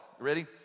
Ready